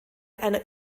einer